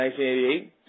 1988